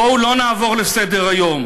בואו לא נעבור לסדר-היום,